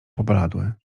pobladły